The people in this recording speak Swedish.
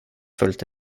fullt